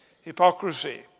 Hypocrisy